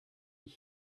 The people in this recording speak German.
ich